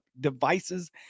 devices